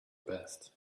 best